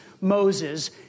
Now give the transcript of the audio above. Moses